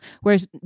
Whereas